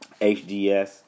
HDS